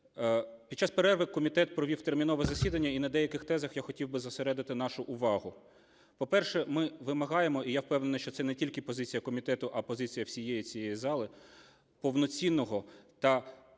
Під час перерви комітет провів термінове засідання, і на деяких тезах я хотів би зосередити нашу увагу. По-перше, ми вимагаємо – і я впевнений, що це не тільки позиція комітету, а позиція всієї цієї зали, – повноцінного та абсолютно